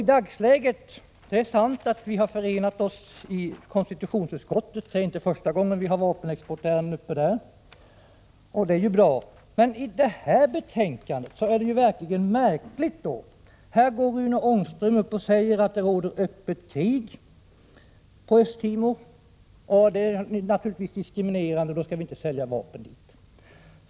Det är riktigt att vi i den här frågan har förenat oss i konstitutionsutskottet — det är inte första gången vi behandlar vapenexportärenden där — men desto märkligare är då det som nu skett och som framgår av det betänkande vi nu behandlar. Först går Rune Ångström upp i talarstolen och säger att det råder öppet krig på Östtimor, att det är diskvalificerande och att vi inte skall sälja vapen till Indonesien.